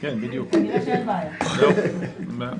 אני חושב שצריכה להיות תחבורה ציבורית בשבת בצורה מוגבלת ולמי